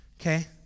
okay